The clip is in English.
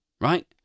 right